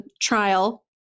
trial